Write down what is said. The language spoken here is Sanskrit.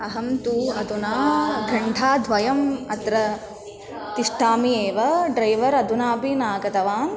अहं तु अधुना घण्टाद्वयम् अत्र तिष्ठामि एव ड्रैवर् अधुनापि नागतवान्